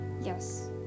yes